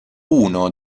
uno